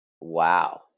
Wow